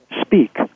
speak